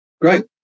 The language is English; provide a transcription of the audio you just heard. Great